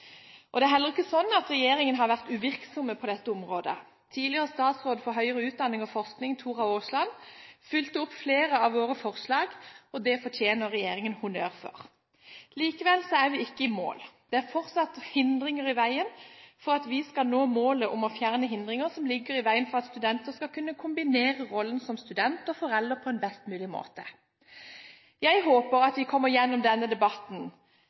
møter. Det er heller ikke sånn at regjeringen har vært uvirksom på dette området. Tidligere statsråd for høyere utdanning og forskning, Tora Aasland, fulgte opp flere av våre forslag, og det fortjener regjeringen honnør for. Likevel er vi ikke i mål. Det er fortsatt hindringer i veien for at vi skal nå målet om at studenter skal kunne kombinere rollen som student og forelder på en best mulig måte. Jeg håper at vi gjennom denne debatten